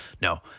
no